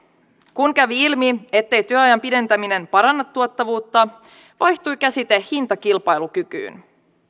kun kävi ilmi ettei työajan pidentäminen paranna tuottavuutta vaihtui käsite hintakilpailukykyyn